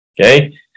okay